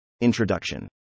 Introduction